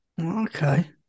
Okay